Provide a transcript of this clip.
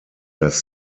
das